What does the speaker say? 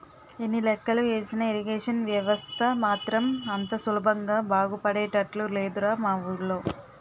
ఎన్ని లెక్కలు ఏసినా ఇరిగేషన్ వ్యవస్థ మాత్రం అంత సులభంగా బాగుపడేటట్లు లేదురా మా వూళ్ళో